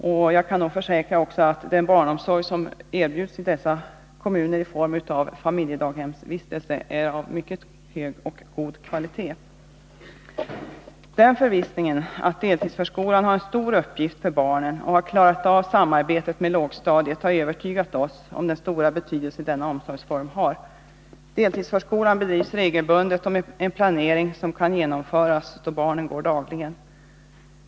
Men jag kan försäkra att den barnomsorg som i dessa kommuner erbjuds i form av vistelse i familjedaghem är av mycket god kvalitet. Den förvissningen att deltidsförskolan fullgör en stor uppgift för barnen och har klarat av samarbetet med lågstadiet har övertygat oss om den stora betydelse denna omsorgsform har. Deltidsförskolan bedrivs regelbundet och med en planering som kan genomföras, då barnen går dagligen.